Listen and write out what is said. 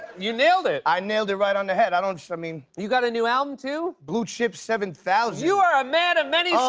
you nailed it. i nailed it right on the head. i don't so i mean. you got a new album, too? blue chips seven thousand. you are a man of many skills! oh,